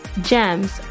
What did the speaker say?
GEMS